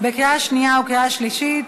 לקריאה שנייה וקריאה שלישית.